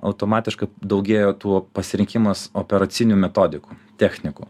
automatiškai daugėjo tų pasirinkimas operacinių metodikų technikų